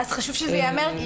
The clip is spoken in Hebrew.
חשוב שזה ייאמר.